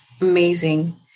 Amazing